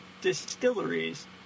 Distilleries